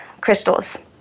crystals